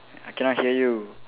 I cannot hear you